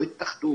לא את ההתאחדות,